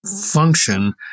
function